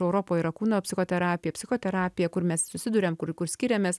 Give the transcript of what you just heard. europoj yra kūno psichoterapija psichoterapija kur mes susiduriam kur skiriamės